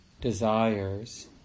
desires